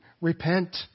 repent